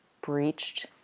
breached